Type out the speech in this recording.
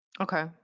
Okay